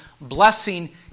blessing